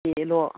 बेल'